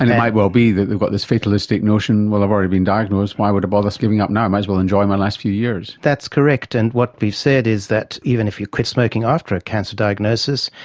and it might well be that they've got this fatalistic notion, well, i've already been diagnosed, why would i bother giving up now, i might as well enjoy my last few years. that's correct. and what we've said is that even if you quit smoking after a cancer diagnosis,